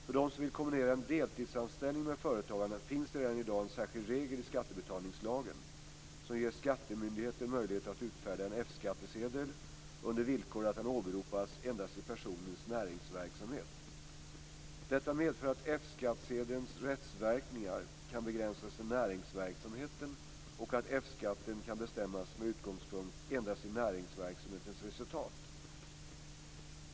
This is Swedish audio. För dem som vill kombinera en deltidsanställning med företagande finns det redan i dag en särskild regel i skattebetalningslagen som ger skattemyndigheten möjlighet att utfärda en F skattsedel under villkor att den åberopas endast i personens näringsverksamhet. Detta medför att F skattsedelns rättsverkningar kan begränsas till näringsverksamheten och att F-skatten kan bestämmas med utgångspunkt endast i näringsverksamhetens resultat.